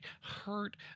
hurt